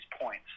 points